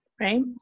right